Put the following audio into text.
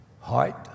height